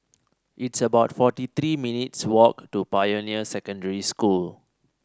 it's about forty three minutes' walk to Pioneer Secondary School